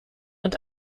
und